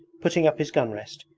putting up his gun-rest,